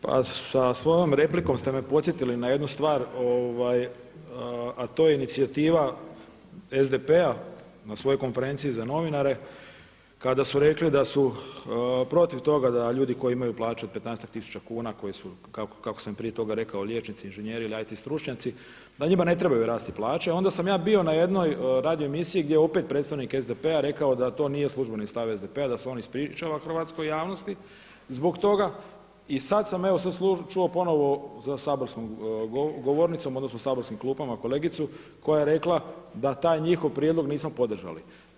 Pa sa svojom replikom ste me podsjetili na jednu stvar, a to je inicijativa SDP-a na svojoj konferenciji za novinare kada su rekli da su protiv toga da ljudi koji imaju plaće od 15-ak tisuće kuna koji su kako sam prije toga rekao liječnici, inženjeri ili IT stručnjaci da njima ne trebaju rasti plaće onda sam ja bio na jednoj radio emisiji gdje je opet predstavnik SDP-a rekao da to nije službeni stav SDP-a da se on ispričava hrvatskoj javnosti zbog toga i sada evo čuo ponovo za saborskom govornicom odnosno saborskim klupama kolegicu koja je rekla da taj njihov prijedlog nismo podržali.